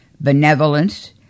benevolence